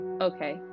okay